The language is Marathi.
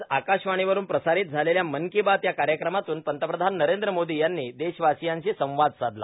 आज आकाशवाणीवरून प्रसारित झालेल्या मन की बात या कार्यक्रमातून पंतप्रधान नरेंद्र मोदी यांनी देशवासियांशी संवाद साधला